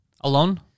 Alone